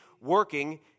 working